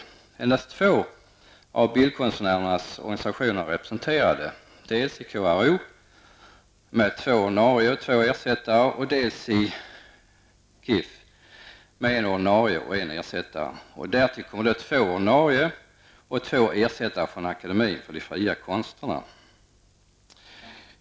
Endast två av bildkonstnärernas organisationer är representerade, dels i KRO med två ordinarie och två ersättare, dels i KIF med en ordinarie och en ersättare. Därtill kommer två ordinarie och två ersättare från akademien för de fria konsterna.